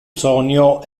sonio